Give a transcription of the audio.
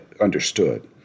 understood